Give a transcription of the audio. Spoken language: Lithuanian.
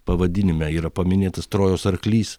pavadinime yra paminėtas trojos arklys